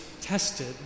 tested